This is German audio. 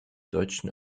deutschen